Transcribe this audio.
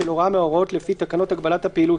של הוראה מההוראות לפי תקנות הגבלת פעילות